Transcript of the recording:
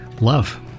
love